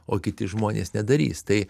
o kiti žmonės nedarys tai